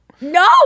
no